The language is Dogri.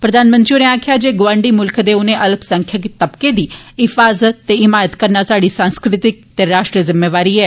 प्रधानमंत्री होरें आक्खेआ जे गौआंडी मुल्खें दे उनें अल्पसंख्यक तबकें दी हिफाजत ते हिमायत करना साहडी सांस्कृतिक ते राश्ट्रीय जिम्मेवारी ऐ